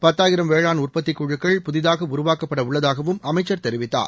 பத்தாயிரம் வேளாண் உற்பத்திக் குழுக்கள் புதிதாக உருவாக்கப்பட உள்ளதாகவும் அமைச்சர் தெரிவித்தார்